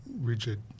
rigid